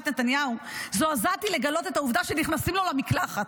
נתניהו זועזעתי לגלות את העובדה שנכנסים לו למקלחת.